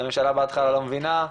הממשלה בהתחלה לא מבינה,